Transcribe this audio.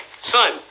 Son